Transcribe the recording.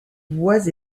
voix